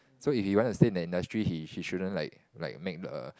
so if you wanna stay in the industry he he shouldn't like like make the